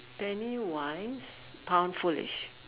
penny wise pound foolish